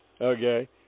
Okay